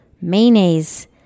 mayonnaise